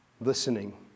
listening